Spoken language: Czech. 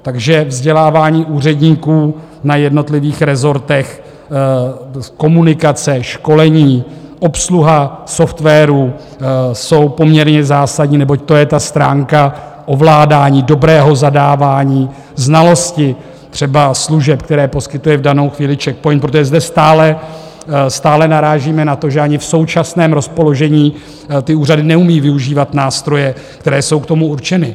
Takže vzdělávání úředníků na jednotlivých rezortech, komunikace, školení, obsluha softwaru jsou poměrně zásadní, neboť to je ta stránka ovládání, dobrého zadávání, znalosti třeba služeb, které poskytuje v danou chvíli Czech POINT, protože zde stále, stále narážíme na to, že ani v současném rozpoložení ty úřady neumí využívat nástroje, které jsou k tomu určeny.